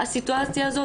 הסיטואציה הזאת